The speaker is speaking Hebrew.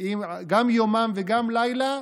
גם יומם וגם לילה,